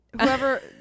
Whoever